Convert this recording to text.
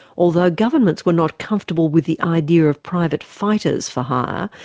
although governments were not comfortable with the idea of private fighters for hire,